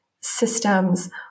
systems